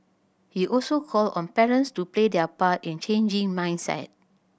he also called on parents to play their part in changing mindset